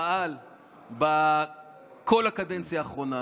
פעל בכל הקדנציה האחרונה